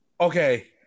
Okay